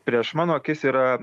prieš mano akis yra